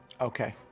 Okay